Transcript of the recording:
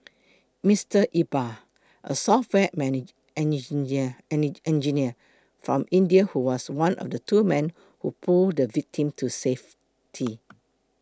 Mister Iqbal a software engineer from India who was one of two men who pulled the victim to safety